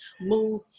move